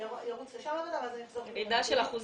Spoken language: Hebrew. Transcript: אני יכולה לרוץ לוועדה ואחזור עם המידע.